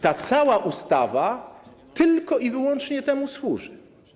Ta cała ustawa tylko i wyłącznie temu służy.